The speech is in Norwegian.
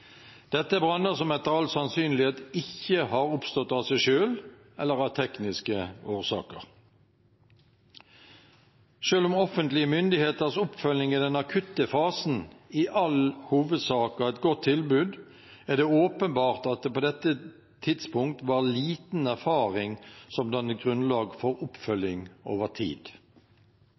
Dette er branner som etter all sannsynlighet ikke har oppstått av seg selv eller av tekniske årsaker. Selv om offentlige myndigheters oppfølging i den akutte fasen i all hovedsak ga et godt tilbud, er det åpenbart at det på dette tidspunkt var liten erfaring som dannet grunnlag for oppfølging over tid.